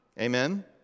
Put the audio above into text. Amen